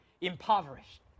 impoverished